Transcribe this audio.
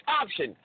option